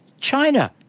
China